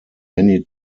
many